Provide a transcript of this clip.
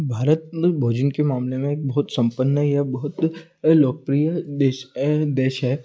भारत में भोजन के मामले में एक बहुत सम्पन्न या बहुत लोकप्रिय देश है देश है